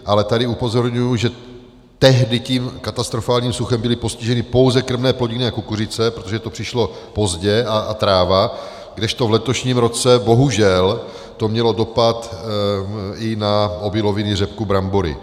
Ale tady upozorňuji, že tehdy tím katastrofálním suchem byly postiženy pouze krmné plodiny a kukuřice, protože to přišlo pozdě, a tráva, kdežto v letošním roce bohužel to mělo dopad i na obiloviny, řepku, brambory.